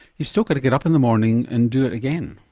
you've still got to get up in the morning and do it again.